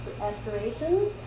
aspirations